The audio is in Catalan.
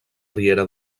riera